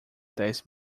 dez